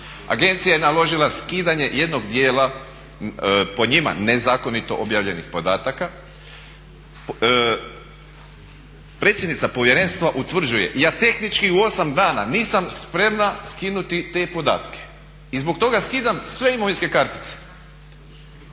Agencija je naložila skidanje jednog dijela, po njima nezakonito objavljenih podataka. Predsjednica povjerenstva utvrđuje, ja tehnički u 8 dana nisam spremna skinuti te podatke i zbog toga skidam sve imovinske kartice.